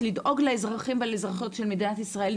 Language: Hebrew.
לדאוג לאזרחים ולאזרחיות של מדינת ישראל,